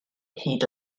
hyd